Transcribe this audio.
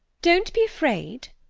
don't be afraid.